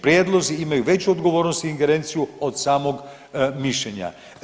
Prijedlozi imaju veću odgovornost i ingerenciju od samog mišljenja.